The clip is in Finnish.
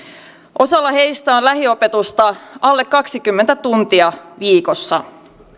osalla heistä on lähiopetusta alle kaksikymmentä tuntia viikossa